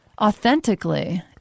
authentically